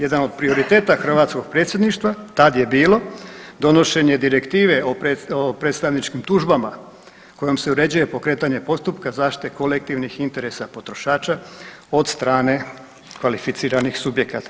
Jedan od prioriteta hrvatskog predsjedništva tad je bilo donošenje direktive o predstavničkim tužbama kojim se uređuje pokretanje postupka zaštite kolektivnih interesa potrošača od strane kvalificiranih subjekata.